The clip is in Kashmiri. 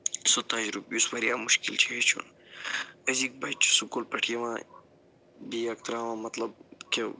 سُہ تجرُبہٕ یُس وارِیاہ مُشکِل چھُ ہیٚچھُن أزیُک بَچہِ چھِ سُکوٗل پٮ۪ٹھ یِوان بیگ ترٛاوان مطلب کہِ